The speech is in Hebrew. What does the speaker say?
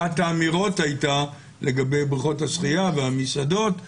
אחת האמירות לגבי בריכות השחייה והמסעדות הייתה,